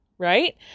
right